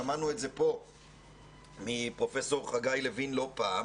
ושמענו את זה כאן מפרופסור חגי לוין לא פעם,